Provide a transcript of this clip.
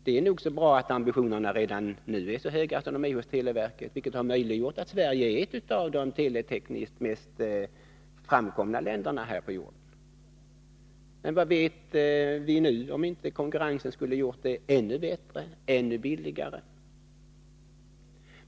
Det är bra att ambitionerna hos televerket redan nu är så höga som de är, vilket gjort att Sverige nu är ett av de teletekniskt mest avancerade länderna här på jorden. Men vad vet vi nu? Konkurrens kanske skulle ha gjort vår televerksamhet ännu bättre, ännu billigare.